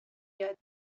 یاد